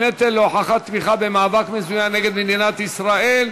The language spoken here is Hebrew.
הנטל להוכחת תמיכה במאבק מזוין נגד מדינת ישראל),